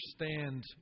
understand